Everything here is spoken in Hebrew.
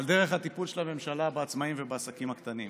על דרך הטיפול של הממשלה בעצמאים ובעסקים הקטנים.